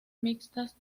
mixtas